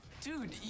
Dude